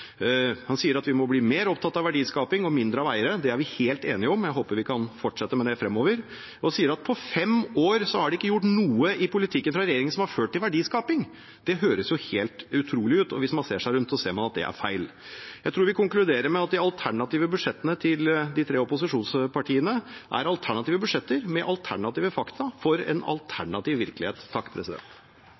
Han sa at vi må bli mer opptatt av verdiskaping og mindre av eiere. Det er vi helt enige om, jeg håper vi kan fortsette med det framover. Og han sa at på fem år er det ikke gjort noe i politikken fra regjeringen som har ført til verdiskaping. Det høres jo helt utrolig ut, og hvis man ser seg rundt, ser man at det er feil. Jeg tror jeg vil konkludere med at de alternative budsjettene til de tre opposisjonspartiene er alternative budsjetter med alternative fakta for en alternativ virkelighet.